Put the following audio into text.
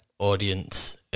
audience